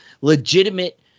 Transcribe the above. legitimate